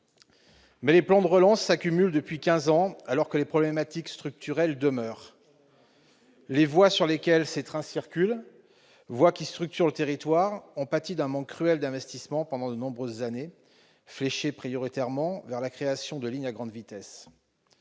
Mais les plans de relance s'accumulent depuis quinze ans, alors que les problématiques structurelles demeurent. Les voies sur lesquelles ces trains circulent, voies qui structurent le territoire, ont pâti d'un manque cruel d'investissements pendant de nombreuses années, fléchés prioritairement vers la création de lignes à grande vitesse.